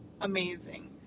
amazing